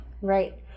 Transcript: right